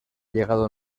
llegado